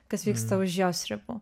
kas vyksta už jos ribų